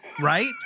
right